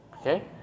Okay